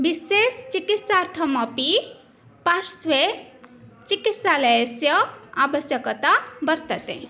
विशेषचिकित्सार्थमपि पार्श्वे चिकित्सालयस्य आवश्यकता वर्तते